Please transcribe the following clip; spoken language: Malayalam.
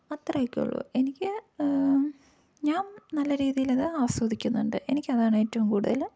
അത്രേയൊക്കെ ഉള്ളു എനിക്ക് ഞാ നല്ല രീതിയിലത് ആസ്വദിക്കുന്നുണ്ട് എനിക്ക് അതാണ് ഏറ്റവും കൂടുതല്